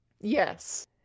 Yes